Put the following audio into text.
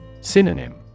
Synonym